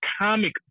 comic